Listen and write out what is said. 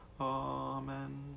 Amen